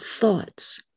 thoughts